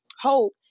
hope